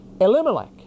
Elimelech